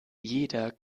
jeder